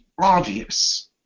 obvious